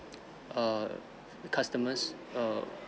err customers err